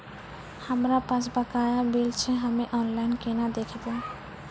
हमरा पास बकाया बिल छै हम्मे ऑनलाइन केना देखबै?